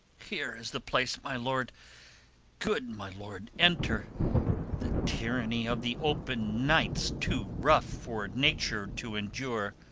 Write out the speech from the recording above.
here is the place, my lord good my lord, enter the tyranny of the open night's too rough for nature to endure.